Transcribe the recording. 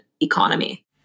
economy